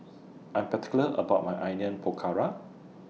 I'm particular about My Onion Pakora